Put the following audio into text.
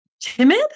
timid